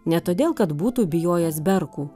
ne todėl kad būtų bijojęs berkų